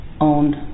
owned